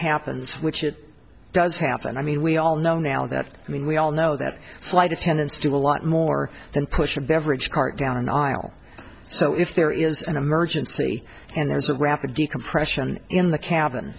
happens which it does happen i mean we all know now that i mean we all know that flight attendants do a lot more than push a beverage cart down an aisle so if there is an emergency and there's a rapid decompression in the cabin